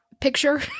picture